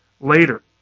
later